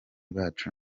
bacu